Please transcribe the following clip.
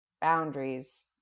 boundaries